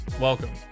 welcome